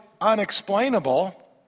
unexplainable